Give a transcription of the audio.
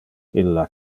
illa